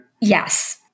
yes